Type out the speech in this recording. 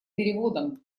переводом